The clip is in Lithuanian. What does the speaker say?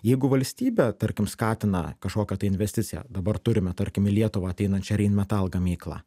jeigu valstybė tarkim skatina kažkokią tai investiciją dabar turime tarkim į lietuvą ateinančią reinmetal gamyklą